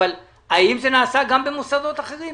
האם זה נעשה גם במוסדות אחרים,